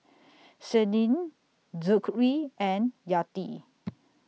Senin Zikri and Yati